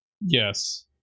Yes